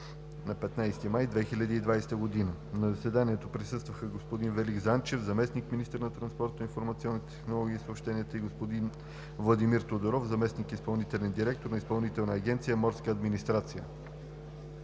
на 15 май 2020 г. На заседанието присъстваха господин Велик Занчев – заместник-министър на транспорта, информационните технологии и съобщенията, и господин Владимир Тодоров – заместник изпълнителен директор на Изпълнителна агенция „Морска администрация“.